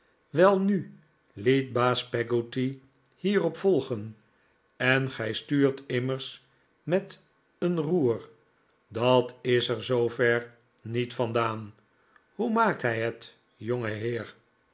welnu liet baas peggotty hierop volgen en gij stuurt immers met een roer dat is er zoover niet vandaan hoe maakt hij het jongeheer